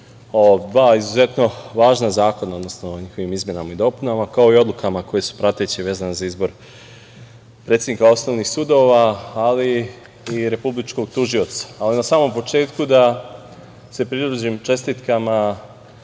o dva izuzetno važna zakona, odnosno njihovim izmenama i dopunama, kao i odlukama koje su prateće i vezane za izbor predsednika osnovnih sudova, ali i Republičkog tužioca. Na samom početku da se pridružim čestitkama